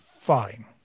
fine